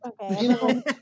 Okay